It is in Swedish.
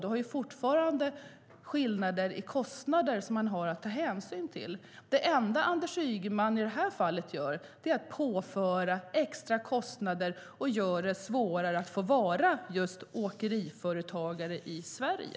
Det är fortfarande skillnader i kostnader som man har att ta hänsyn till. Det enda Anders Ygeman i det här fallet gör är att han påför extra kostnader och gör det svårare att vara just åkeriföretagare i Sverige.